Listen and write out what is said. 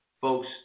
folks